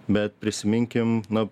bet prisiminkim na